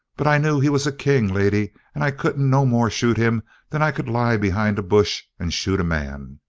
but i knew he was a king, lady, and i couldn't no more shoot him that i could lie behind a bush and shoot a man.